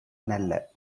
நல்ல